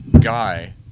guy